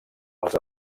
als